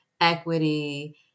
equity